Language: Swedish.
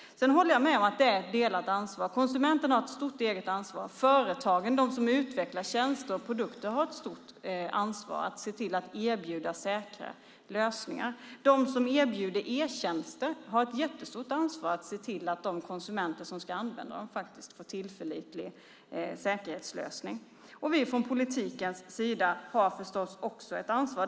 Jag håller med om att det är ett delat ansvar. Konsumenterna har ett stort eget ansvar. Företagen, de som utvecklar tjänster och produkter, har ett stort ansvar att erbjuda säkra lösningar. De som erbjuder e-tjänster har ett stort ansvar att se till att de konsumenter som ska använda dem får en tillförlitlig säkerhetslösning. Vi från politiken har förstås också ett ansvar.